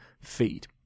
feed